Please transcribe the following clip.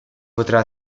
potrà